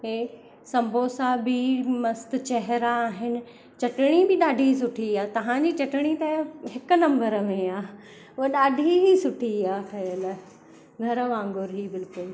इहे समोसा बि मस्तु चहिरा आहिनि चटणी बि ॾाढी सुठी आहे तव्हांजी चटणी त इहो हिकु नंबर में आहे उहा ॾाढी ई सुठी आहे ठहियलु घरु वांग़ुरु हुई बिल्कुलु